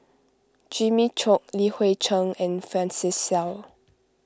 Jimmy Chok Li Hui Cheng and Francis Seow